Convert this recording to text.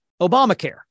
Obamacare